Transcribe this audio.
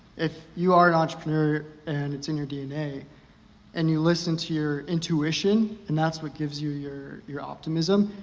if you are an entrepreneur and it's in your dna and you listen to your intuition and that's what gives you your your optimism,